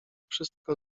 wszystko